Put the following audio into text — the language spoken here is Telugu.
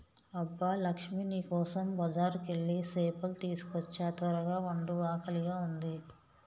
అబ్బ లక్ష్మీ నీ కోసం బజారుకెళ్ళి సేపలు తీసుకోచ్చా త్వరగ వండు ఆకలిగా ఉంది